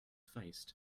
faced